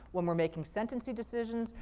when we're making sentencing decisions,